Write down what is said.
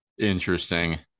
Interesting